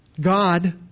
God